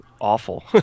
awful